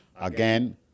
Again